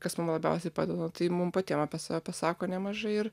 kas mum labiausiai padeda tai mum patiem apie save pasako nemažai ir